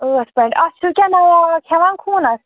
ٲٹھ پواینٛٹ اَتھ چھُو کیٚنٚہہ دوا ووا کھٮ۪وان خوٗنَس